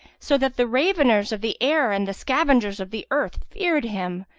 so that the raveners of the air and the scavengers of the earth feared him,